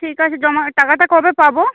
ঠিক আছে জমা টাকাটা কবে পাব